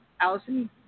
Allison